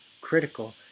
critical